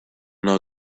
know